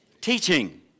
teaching